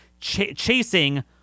chasing